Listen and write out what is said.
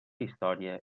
història